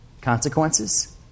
consequences